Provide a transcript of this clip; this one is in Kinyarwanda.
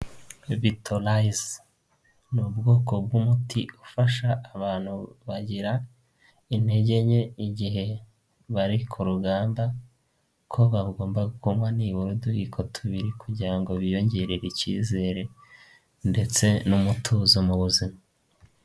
Vitorayize ni ubwoko bw'umuti ufasha abantu bagira intege nke igihe bari ku rugamba ko bagomba kunywa nibura utuyiko tubiri kugira ngo biyongerere icyizere ndetse n'umutuzo mu buzima.